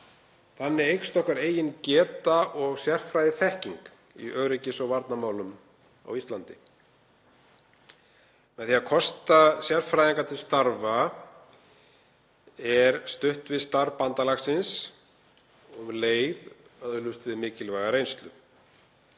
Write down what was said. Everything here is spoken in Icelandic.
Þannig eykst okkar eigin geta og sérfræðiþekking í öryggis- og varnarmálum á Íslandi. Með því að kosta sérfræðinga til starfa er stutt við starf bandalagsins og um leið öðlumst við mikilvæga reynslu.